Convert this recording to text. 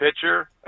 pitcher